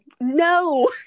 no